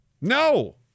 No